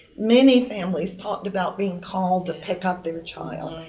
many families talked about being called to pick up their child,